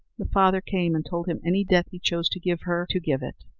the father came and told him any death he chose to give her to give it.